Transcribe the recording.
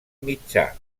mitjà